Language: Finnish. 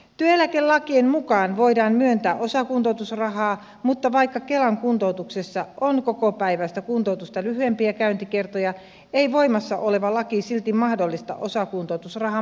työeläkelakien mukaan voidaan myöntää osakuntoutusrahaa mutta vaikka kelan kuntoutuksessa on kokopäiväistä kuntoutusta lyhyempiä käyntikertoja voimassa oleva laki ei silti mahdollista osakuntoutusrahan maksamista